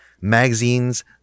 magazines